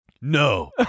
No